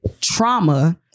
trauma